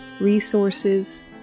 resources